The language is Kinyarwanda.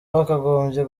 bakagombye